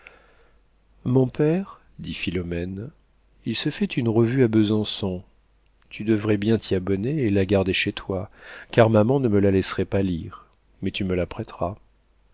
mon père dit philomène il se fait une revue à besançon tu devrais bien t'y abonner et la garder chez toi car maman ne me la laisserait pas lire mais tu me la prêteras